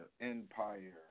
Empire